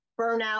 burnout